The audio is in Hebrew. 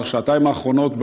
בשעתיים האחרונות,